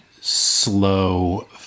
slow